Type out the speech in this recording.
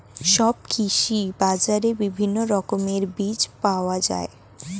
সব কৃষি বাজারে বিভিন্ন রকমের বীজ পাওয়া যায়